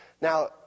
Now